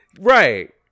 Right